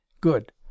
Good